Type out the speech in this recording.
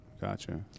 gotcha